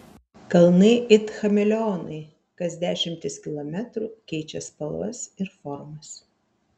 kalnai it chameleonai kas dešimtis kilometrų keičia spalvas ir formas